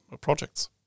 projects